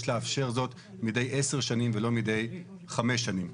לאפשר זאת מידי 10 שנים ולא מידי חמש שנים.